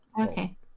Okay